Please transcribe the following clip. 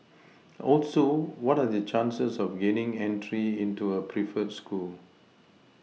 also what are the chances of gaining entry into a preferred school